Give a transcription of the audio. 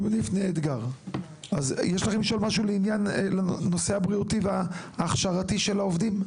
אז יש לכם לשאול משהו לעניין הנושא הבריאותי וההכשרתי של העובדים?